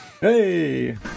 Hey